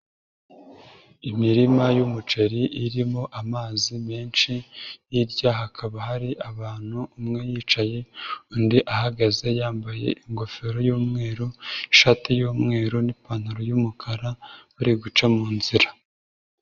Imirima y'umuceri irimo amazi menshi, hirya hakaba hari abantu umwe yicaye undi ahagaze yambaye ingofero y'umweru, ishati y'umweru n'ipantaro y'umukara, bari guca mu nzira.